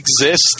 exist